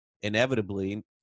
inevitably